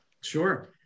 Sure